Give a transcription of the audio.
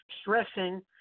stressing